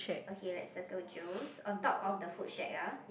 okay let's circle Jo's on top of the food shack ya